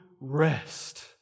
rest